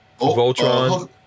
Voltron